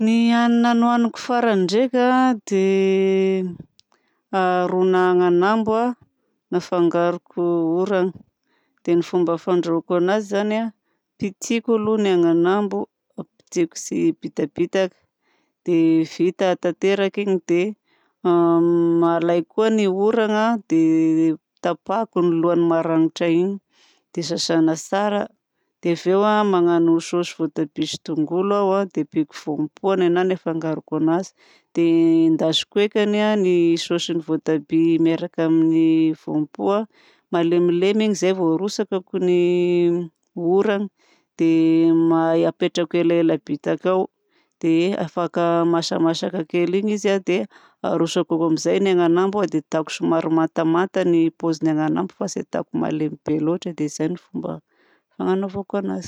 Ny hanina nohaniko farany ndraika a dia ron'ananambo nafangaroko ôragna. Dia ny fomba fandrahoako anazy zany a pitihiko aloha ny ananambo pitihiko bitabita dia vita tanteraka iny dia alaiko koa ny ôragna dia tapahako ny lohany maranitra iny dia sasana tsara dia avy eo magnano saosy voatabia sy tongolo aho dia ampiako voampoa nenà no afangaroko anazy dia endasiko ekany ny saosy voatabia miaraka amin'ny voampoa; malemilemy iny izay vao harotsako ny ôragna dia apetrako elaela bitaka ao dia afaka masamasaka kely iny izy dia arotsako amin'izay ny ananambo dia ataoko somary mantamanta ny pôziny ananambo fa tsy ataoko malemy be loatra dia zay ny fomba fanaovako anazy.